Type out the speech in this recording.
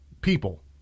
people